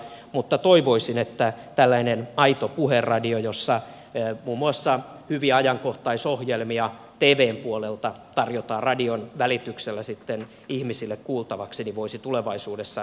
mutta toivoisin että tällainen aito puheradio jossa muun muassa hyviä ajankohtaisohjelmia tvn puolelta tarjotaan radion välityksellä ihmisille kuultavaksi voisi tulevaisuudessa toteutua